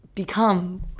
become